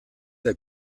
der